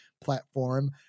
platform